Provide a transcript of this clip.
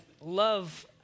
love